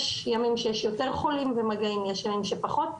יש ימים שיש יותר חולים ומגעים ויש ימים שפחות.